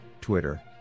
Twitter